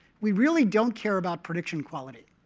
we really don't care about prediction quality.